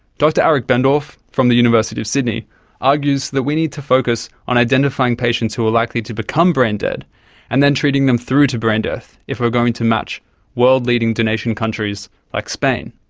dr aric bendorf from the university of sydney argues that we need to focus on identifying patients who are likely to become brain dead and treating them through to brain death if we're going to match world-leading donation countries like spain.